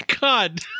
god